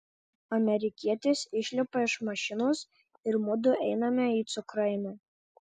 amerikietis išlipa iš mašinos ir mudu einame į cukrainę